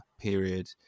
period